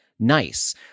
nice